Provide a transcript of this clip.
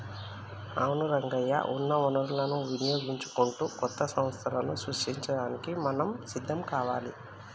అవును రంగయ్య ఉన్న వనరులను వినియోగించుకుంటూ కొత్త సంస్థలను సృష్టించడానికి మనం సిద్ధం కావాలి